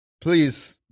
Please